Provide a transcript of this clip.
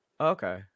Okay